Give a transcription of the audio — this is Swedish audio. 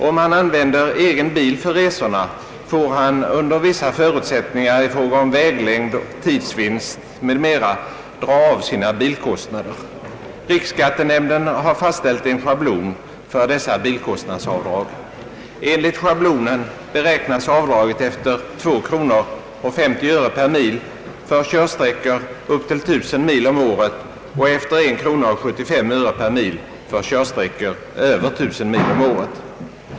Om han använder egen bil för resorna får han under vissa förutsättningar i fråga om väglängd, tidsvinst m.m. dra av sina bilkostnader, Riksskattenämnden har fastställt en schablon för dessa bilkostnadsavdrag. Enligt schablonen beräknas avdraget efter 2 kronor 50 öre per mil för körsträckor upp till 1000 mil om året och efter 1 krona 75 öre per mil för körsträckor över 1000 mil om året.